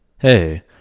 Hey